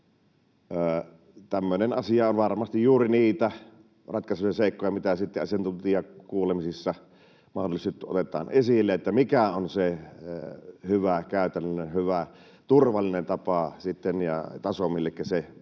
Tämmöinen asia on varmasti juuri niitä ratkaisuja ja seikkoja, mitä sitten asiantuntijakuulemisissa mahdollisesti otetaan esille, että mikä on se hyvä käytännöllinen, hyvä turvallinen tapa ja se taso, millekä se pitäisi